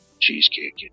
cheesecake